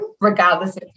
regardless